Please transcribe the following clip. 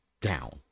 down